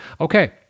Okay